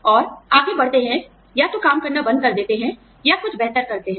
और आगे बढ़ते हैं या तो काम करना बंद कर देते हैं या कुछ बेहतर करते हैं